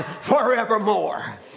forevermore